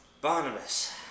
Barnabas